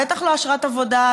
בטח לא אשרת עבודה,